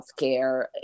healthcare